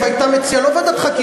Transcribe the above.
אז הייתי מצביע נגדם,